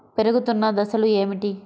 పెరుగుతున్న దశలు ఏమిటి?